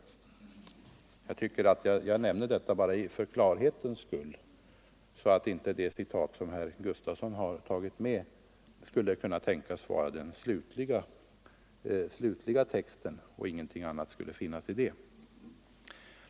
Jag säger detta bara för klarhetens skull, så att inte det citat som herr Gustavsson tagit med skulle kunna synas vara den slutliga texten och att ingenting annat skulle ha skrivits.